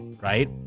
right